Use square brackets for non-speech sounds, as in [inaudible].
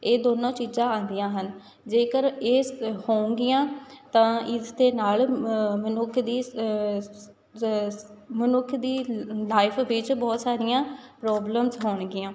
ਇਹ ਦੋਨੋਂ ਚੀਜ਼ਾਂ ਆਉਂਦੀਆਂ ਹਨ ਜੇਕਰ ਇਸ ਹੋਊਗੀਆਂ ਤਾਂ ਇਸਦੇ ਨਾਲ ਮਨੁੱਖ ਦੀ [unintelligible] ਮਨੁੱਖ ਦੀ ਲਾਈਫ ਵਿੱਚ ਬਹੁਤ ਸਾਰੀਆਂ ਪ੍ਰੋਬਲਮਸ ਹੋਣਗੀਆਂ